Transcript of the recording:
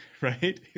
right